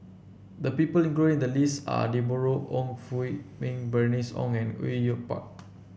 the people included in the list are Deborah Ong Hui Min Bernice Ong and Au Yue Pak